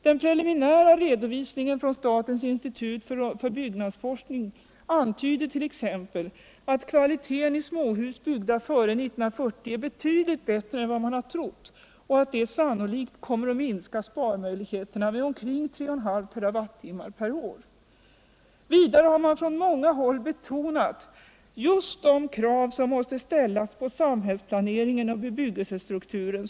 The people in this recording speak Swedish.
Den preliminära redovisningen ifrån statens institut för byggnadsforskning antyder t.ex. att kvaliteten i småhus byggda före 1940 är betydligt bättre än man trott, vilket sannolikt minskar sparmöjligheterna med omkring 3,5 TWh per år. Vidare har man från många håll betonat just de krav som vi framhållit i vår motion att man måste ställa på samhällsplaneringen och bebyggelsestrukturen.